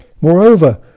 Moreover